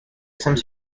some